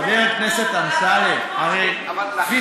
חבר הכנסת אמסלם, כפי